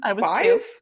five